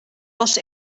was